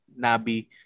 Nabi